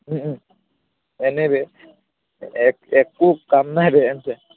এনেই বে একো একো নাই N C E R T ৰ